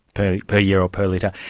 per per year or per litter.